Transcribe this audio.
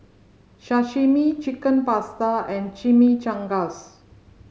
Sashimi Chicken Pasta and Chimichangas